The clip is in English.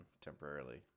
temporarily